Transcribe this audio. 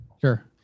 sure